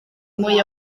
mwy